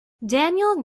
daniel